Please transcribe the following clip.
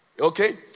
Okay